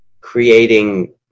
creating